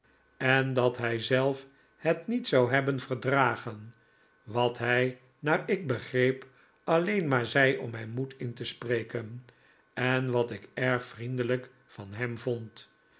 en dat hij zelf het niet zou hebben verdragen wat hij naar ik begreep alleen maar zei om mij moed in te spreken en wat ik erg vriendelijk van hem vond